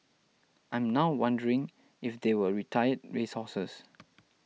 I'm now wondering if they were retired race horses